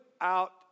out